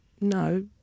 no